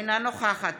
אינה נוכחת